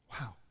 Wow